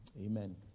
Amen